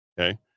okay